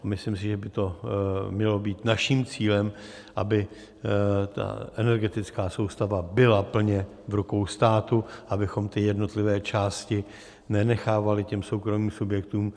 Myslím si, že by to mělo být naším cílem, aby energetická soustava byla plně v rukou státu, abychom ty jednotlivé části nenechávali soukromým subjektům.